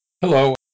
Hello